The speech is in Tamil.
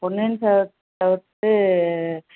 பொன்னியின் செல்வம் தவிர்த்து